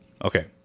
Okay